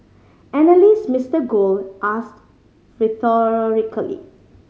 analyst Mister Gold asked rhetorically